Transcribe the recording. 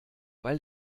weil